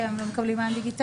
כי היום לא מקבלים מען דיגיטלי.